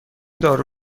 دارو